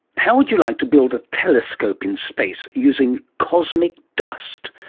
how would you like to build a telescope in space using cosmic dust?